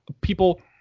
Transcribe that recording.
people